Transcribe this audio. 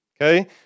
okay